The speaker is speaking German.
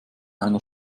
einer